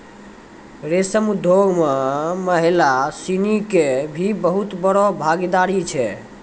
रेशम उद्योग मॅ महिला सिनि के भी बहुत बड़ो भागीदारी छै